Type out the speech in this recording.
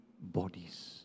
bodies